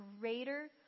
greater